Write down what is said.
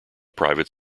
private